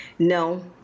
no